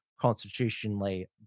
constitutionally